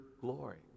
glory